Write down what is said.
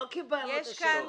לא קיבלנו את ה --- בואי,